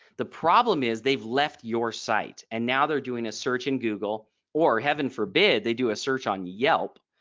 the problem is they've left your site and now they're doing a search in google or heaven forbid they do a search on yelp.